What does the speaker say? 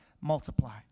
Multiply